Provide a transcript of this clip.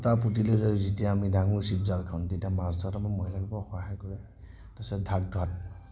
খুটা পোতিলে যে যেতিয়া আমি দাঙো চিপজালখন তেতিয়া মাছ ধৰাত আমাক মহিলাসকলে সহায় কৰে তাৰপিছত ধাক ধাত